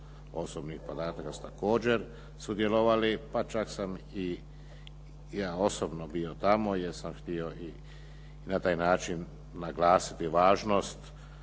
osobnih podataka su također sudjelovali, pa čak sam i ja osobno bio tamo jer sam htio i na taj način naglasiti važnost